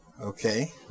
okay